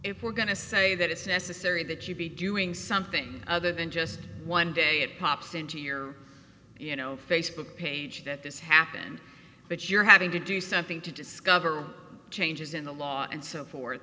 if we're going to say that it's necessary that you be doing something other than just one day it pops into your you know facebook page that this happened but you're having to do something to discover changes in the law and so forth